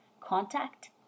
contact